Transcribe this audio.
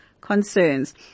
concerns